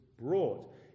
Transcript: brought